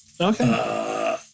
Okay